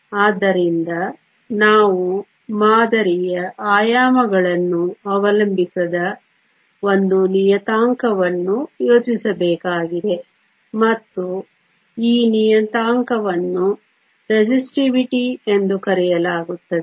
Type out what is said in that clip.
ಆದ್ದರಿಂದ ನಾವು ಮಾದರಿಯ ಆಯಾಮಗಳನ್ನು ಅವಲಂಬಿಸದ ಒಂದು ನಿಯತಾಂಕವನ್ನು ಯೋಚಿಸಬೇಕಾಗಿದೆ ಮತ್ತು ಈ ನಿಯತಾಂಕವನ್ನು ರೆಸಿಸ್ಟಿವಿಟಿ ಎಂದು ಕರೆಯಲಾಗುತ್ತದೆ